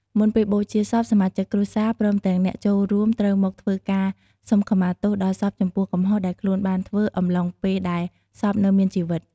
មុនពេលបូជាសព សមាជិកគ្រួសារ ព្រមទាំងអ្នកចូលរួមត្រូវមកធ្វើការ សុំខមាទោសដល់សពចំពោះកំហុសដែលខ្លួនបានធ្វើអំឡុងពេលដែលសពនៅមានជីវិត។